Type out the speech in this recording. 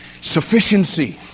sufficiency